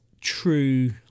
true